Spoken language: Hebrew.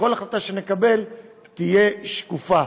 כל החלטה שנקבל תהיה שקופה,